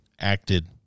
acted